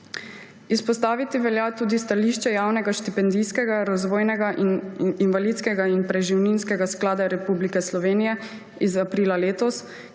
Izpostaviti velja tudi stališče Javnega štipendijskega, razvojnega, invalidskega in preživninskega sklada Republike Slovenije iz aprila letos,